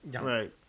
Right